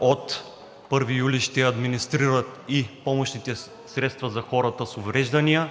от 1 юли ще администрират и помощните средства за хората с увреждания,